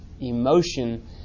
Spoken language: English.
emotion